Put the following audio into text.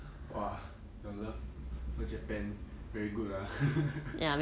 !wah! your love for japan very good ah